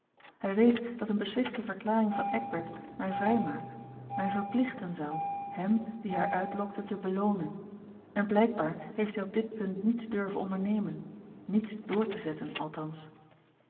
hij weet dat eene besliste verklaring van eckbert mij vrijmaakt mij verplichten zou hem die haar uitlokte te beloonen en blijkbaar heeft hij op dit punt niets durven ondernemen niets door te zetten althans